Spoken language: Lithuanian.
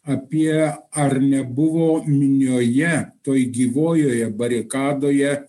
apie ar nebuvo minioje toj gyvojoje barikadoje